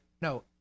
no